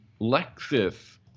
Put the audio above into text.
Lexus